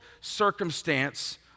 circumstance